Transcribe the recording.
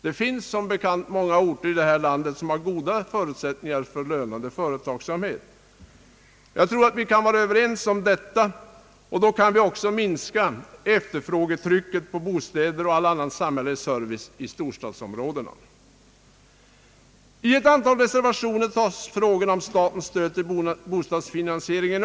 Det finns som bekant många orter i detta land som har goda förutsättningar för lönande företagsamhet. Jag tror att vi kan vara överens om detta, och då kan vi också minska efterfrågetrycket på bostäder och all annan samhällelig service i storstadsområdena. I ett antal reservationer tar man upp frågorna om statens stöd till bostadsfinansieringen.